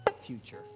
future